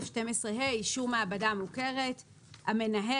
"אישור מעבדה כמעבדה מאושרת 55א12ה. (א)המנהל"